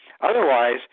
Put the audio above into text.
Otherwise